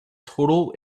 total